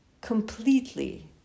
completely